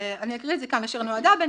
אני אקריא את זה כאן: "אשר נועדה בין